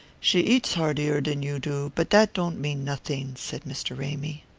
she eats heartier than you do but that don't mean nothing, said mr. ramy.